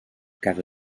cada